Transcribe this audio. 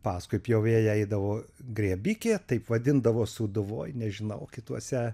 paskui pjovėją eidavo grėbikė taip vadindavo sūduvoj nežinau kituose